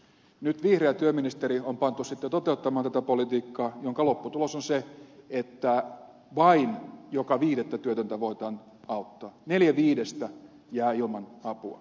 nyt vihreä työministeri on pantu sitten toteuttamaan tätä politiikkaa jonka lopputulos on se että vain joka viidettä työtöntä voidaan auttaa neljä viidestä jää ilman apua